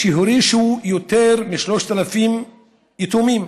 והותירו יותר מ-3,000 יתומים.